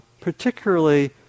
particularly